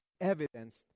evidenced